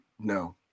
No